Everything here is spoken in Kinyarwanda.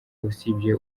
usibye